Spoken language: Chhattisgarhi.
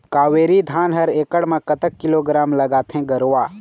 कावेरी धान हर एकड़ म कतक किलोग्राम लगाथें गरवा?